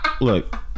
look